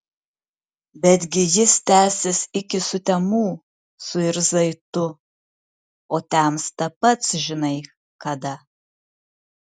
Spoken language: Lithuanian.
betgi jis tęsis iki sutemų suirzai tu o temsta pats žinai kada